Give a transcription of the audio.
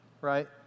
right